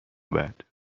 بعد